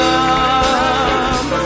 Come